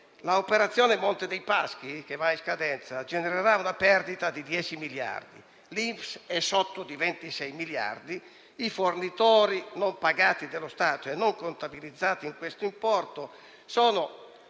L'operazione Monte dei Paschi, che va in scadenza, genererà una perdita di 10 miliardi; l'INPS è sotto di 26 miliardi; i fornitori non pagati dallo Stato e i debiti non contabilizzati in questo importo sono,